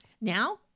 Now